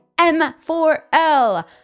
M4L